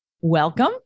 Welcome